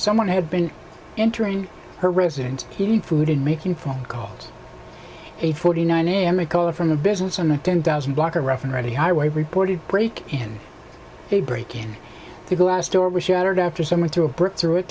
someone had been entering her residence he need food and making phone calls eight forty nine a m a call from the business on a ten thousand block a rough and ready highway reported break and a break in the glass door was shattered after someone threw a brick through it